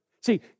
See